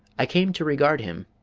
i came to regard him